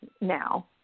now